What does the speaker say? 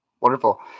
Wonderful